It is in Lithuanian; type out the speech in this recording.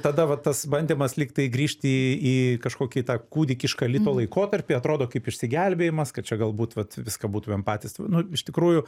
tada vat tas bandymas lygtai grįžti į kažkokį tą kūdikišką lito laikotarpį atrodo kaip išsigelbėjimas kad čia galbūt vat viską būtumėm patys nu iš tikrųjų